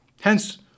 Hence